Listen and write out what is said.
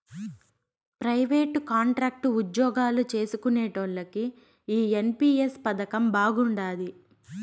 private, contract ఉజ్జోగాలు చేస్కునేటోల్లకి ఈ ఎన్.పి.ఎస్ పదకం బాగుండాది